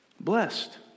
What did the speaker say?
blessed